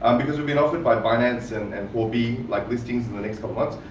um because we've been offered by binance and and four b, like, listings in the next couple months.